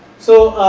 so,